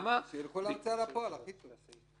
שילכו להוצאה לפועל, הכי טוב.